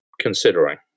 considering